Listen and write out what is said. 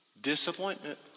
Disappointment